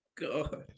God